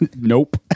Nope